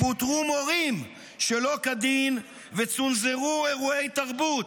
פוטרו מורים שלא כדין וצונזרו אירועי תרבות,